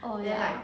oh ya